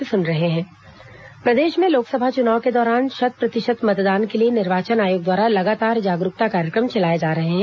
मतदाता जागरूकता कार्यक्रम प्रदेश में लोकसभा चुनाव के दौरान शत प्रतिशत मतदान के लिए निर्वाचन आयोग द्वारा लगातार जागरूकता कार्यक्रम चलाए जा रहे हैं